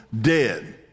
dead